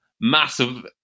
massive